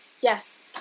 Yes